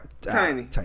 Tiny